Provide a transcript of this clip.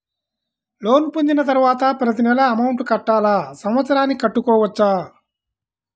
Loan పొందిన తరువాత ప్రతి నెల అమౌంట్ కట్టాలా? సంవత్సరానికి కట్టుకోవచ్చా?